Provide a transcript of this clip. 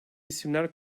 isimler